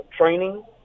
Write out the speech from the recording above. training